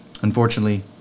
Unfortunately